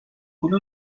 هلو